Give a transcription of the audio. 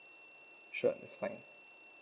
sure it's fine